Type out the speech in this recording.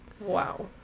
wow